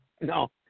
No